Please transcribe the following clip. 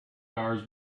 hours